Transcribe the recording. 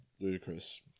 ludicrous